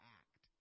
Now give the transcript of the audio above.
act